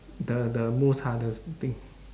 the the most hardest thing